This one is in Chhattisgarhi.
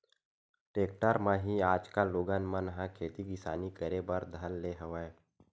टेक्टर म ही आजकल लोगन मन ह खेती किसानी करे बर धर ले हवय